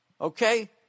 Okay